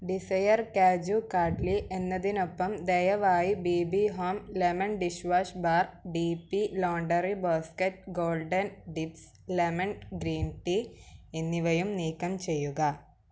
desire kaju katli എന്നതിനൊപ്പം ദയവായി B B home lemon dish wash bar D P laundry basket golden tips lemon green tea എന്നിവയും നീക്കം ചെയ്യുക